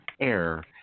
AIR